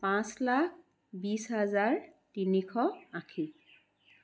পাঁচ লাখ বিছ হাজাৰ তিনিশ আশী